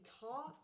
talk